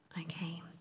Okay